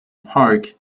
park